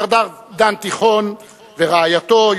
מר דן תיכון ורעייתו,